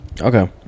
Okay